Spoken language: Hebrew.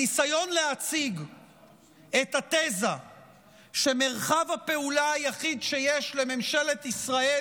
הניסיון להציג את התזה שמרחב הפעולה היחיד שיש לממשלת ישראל